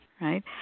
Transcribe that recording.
right